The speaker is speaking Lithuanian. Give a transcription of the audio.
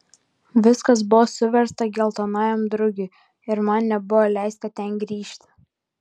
viskas buvo suversta geltonajam drugiui ir man nebuvo leista ten grįžti